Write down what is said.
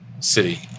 City